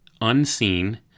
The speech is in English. unseen